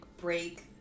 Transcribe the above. break